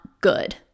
good